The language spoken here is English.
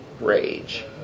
rage